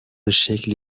شکلی